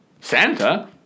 Santa